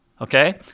okay